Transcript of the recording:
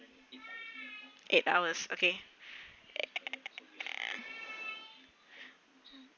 eight hours okay